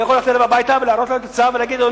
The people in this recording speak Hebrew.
טול